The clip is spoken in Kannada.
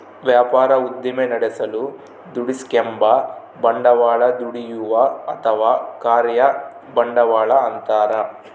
ವ್ಯಾಪಾರ ಉದ್ದಿಮೆ ನಡೆಸಲು ದುಡಿಸಿಕೆಂಬ ಬಂಡವಾಳ ದುಡಿಯುವ ಅಥವಾ ಕಾರ್ಯ ಬಂಡವಾಳ ಅಂತಾರ